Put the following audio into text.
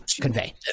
convey